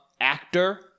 Actor